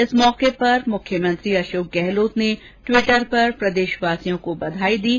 इस अवसर पर मुख्यमंत्री अशोक गहलोत ने टिव्टर पर प्रदेशवासियों को बधाई दी है